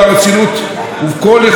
את נושא הזהות היהודית,